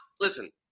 listen